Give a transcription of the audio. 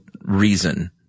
reason